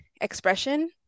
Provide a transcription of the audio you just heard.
expression